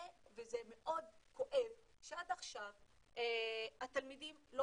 זה מאוד כואב שעד עכשיו התלמידים לא